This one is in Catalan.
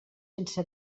sense